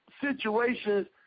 situations